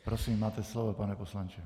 Prosím, máte slovo, pane poslanče.